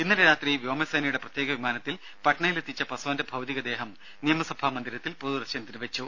ഇന്നലെ രാത്രി വ്യോമ സേനയുടെ പ്രത്യേക വിമാനത്തിൽ പട്നയിലെത്തിച്ച പസ്വാന്റെ ഭൌതികദേഹം നിയമസഭാ മന്ദിരത്തിൽ പൊതുദർശനത്തിന് വെച്ചു